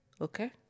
Okay